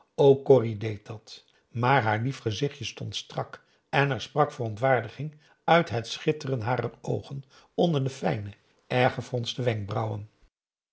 ook corrie deed dat maar haar lief gezichtje stond strak en er sprak verontwaardiging uit het schitteren harer oogen onder de fijne erg gefronste wenkbrauwen